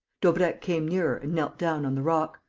daubrecq came nearer and knelt down on the rock.